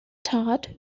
tart